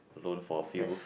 alone for few